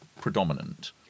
predominant